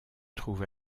trouve